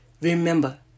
Remember